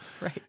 Right